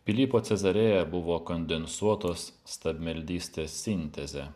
pilypo cezarėja buvo kondensuotos stabmeldystės sintezė